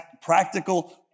practical